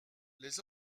les